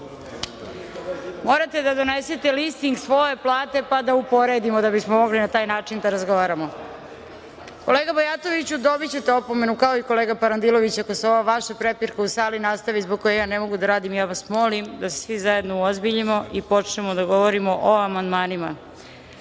to? Morate da donesete listing svoje plate, pa da uporedimo, da bismo mogli na taj način da razgovaramo. Kolega Bajatoviću, dobićete opomenu, kao i kolega Parandilović, ako se ova vaša prepirka u sali nastavi, zbog koje ja ne mogu da radim. Ja vas molim da se svi zajedno uozbiljimo i počnemo da govorimo o amandmanima. Na